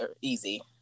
easy